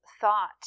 thought